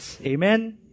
Amen